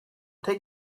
take